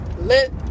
Let